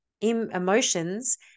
emotions